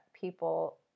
people